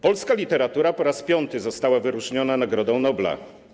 Polska literatura po raz piąty została wyróżniona Nagrodą Nobla.